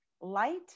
light